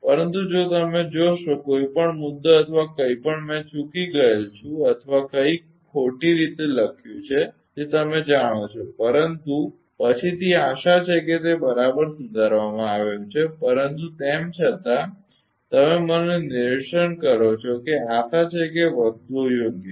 પરંતુ જો તમે જોશો કે કોઈપણ મુદ્દો અથવા કંઇપણ મેં ચૂકી ગયેલ છું અથવા કંઇક ખોટી રીતે લખ્યું છે જે તમે જાણો છો પરંતુ પછીથી આશા છે કે તે બરાબર સુધારવામાં આવ્યું છે પરંતુ તેમ છતાં તમે મને નિર્દેશન કરો છો કે આશા છે કે વસ્તુઓ યોગ્ય છે